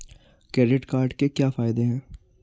Credit card के क्या फायदे हैं?